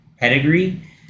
pedigree